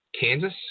Kansas